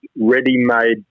ready-made